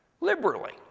liberally